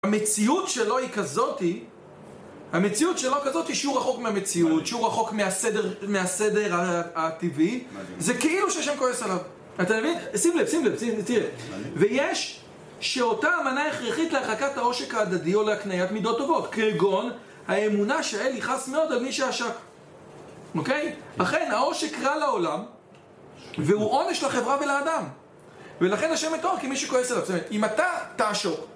המציאות שלו היא כזאתי המציאות שלו היא כזאתי שהוא רחוק מהמציאות שהוא רחוק מהסדר הטבעי זה כאילו שהשם כועס עליו אתם מבינים? שים לב, שים לב, תראה ויש שאותה המנה הכרחית להכרקת העושק ההדדי או להקניית מידות טובות כגון האמונה שהאל יכעס מאוד על מי שעשק אוקיי? אכן, העושק רע לעולם והוא עונש לחברה ולאדם ולכן השם מתואר כי מישהו כועס עליו זאת אומרת, אם אתה תעשוק